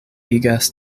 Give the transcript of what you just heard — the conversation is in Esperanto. igas